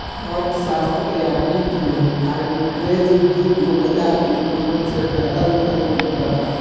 अर्थशास्त्र आ वित्त में आर्बिट्रेज दू गो बाजार के कीमत से फायदा उठावे के प्रथा हवे